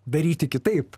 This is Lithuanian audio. daryti kitaip